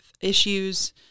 issues